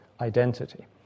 identity